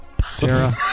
Sarah